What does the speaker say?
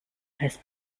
has